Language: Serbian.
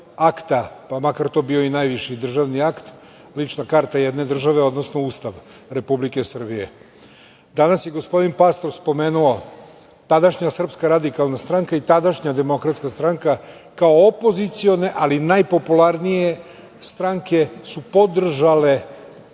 pa makar to bio i najviši državni akt, lična karta jedne države, odnosno Ustav Republike Srbije. Danas je gospodin Pastor spomenuo, tadašnja SRS i tadašnja Demokratska stranka kao opozicione, ali najpopularnije stranke, su podržale